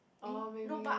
oh maybe